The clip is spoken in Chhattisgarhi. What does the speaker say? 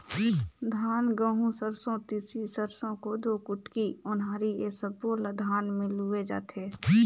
धान, गहूँ, सरसो, तिसी, सरसो, कोदो, कुटकी, ओन्हारी ए सब्बो ल धान म लूए जाथे